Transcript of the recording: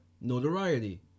notoriety